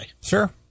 sure